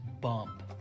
bump